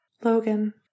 Logan